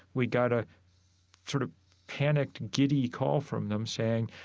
we got a sort of panicked, giddy call from them saying,